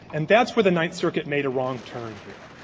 and that's where the ninth circuit made a wrong turn here.